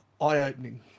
eye-opening